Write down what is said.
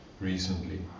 recently